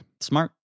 Smart